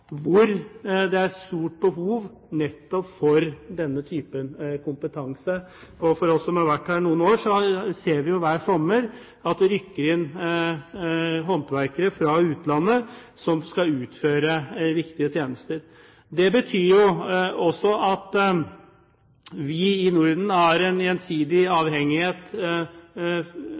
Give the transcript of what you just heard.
hvor det er stort behov for nettopp denne type kompetanse. For oss som har vært her noen år, har vi hver sommer sett at det rykker inn håndverkere fra utlandet for å utføre viktige tjenester. Det betyr også at vi i Norden har en gjensidig avhengighet